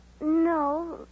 No